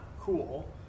cool